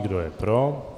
Kdo je pro?